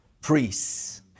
priests